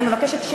אני אפנה אליך.